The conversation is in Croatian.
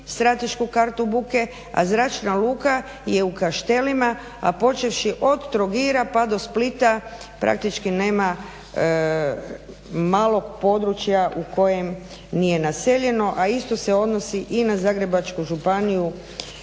stratešku kartu buke, a zračna luka je u Kaštelima, a počevši od Trogira pa do Splita praktički nema malog područje u kojem nije naseljeno, a isto se odnosi i na Zagrebačku županiju